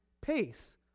pace